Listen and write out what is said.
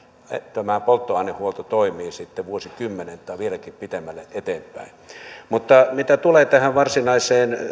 tämä polttoainehuolto toimii sitten vuosikymmenet tai vieläkin pitemmälle eteenpäin mitä tulee tähän varsinaiseen